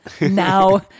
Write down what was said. now